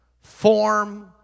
form